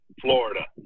Florida